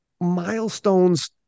milestones